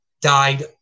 died